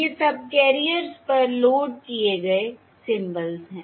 ये सबकैरियर्स पर लोड किए गए सिंबल्स हैं